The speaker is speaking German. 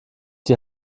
die